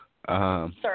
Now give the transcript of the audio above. Sorry